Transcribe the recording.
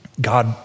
God